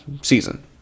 season